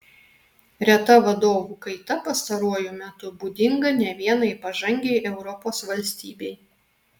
reta vadovų kaita pastaruoju metu būdinga ne vienai pažangiai europos valstybei